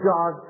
God